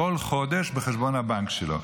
כל חודש בחשבון הבנק שלו.